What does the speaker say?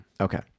Okay